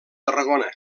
tarragona